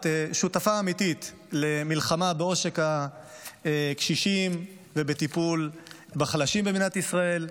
את שותפה אמיתית למלחמה בעושק הקשישים ולטיפול בחלשים במדינת ישראל.